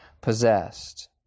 possessed